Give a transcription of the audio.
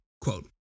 quote